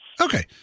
Okay